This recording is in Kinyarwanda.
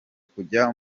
kuja